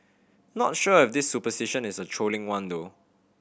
not sure if this superstition is a trolling one though